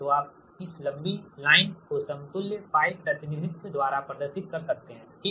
तो आप इस लंबी लाइन को समतुल्य π प्रतिनिधित्व द्वारा प्रदर्शित कर सकते है ठीक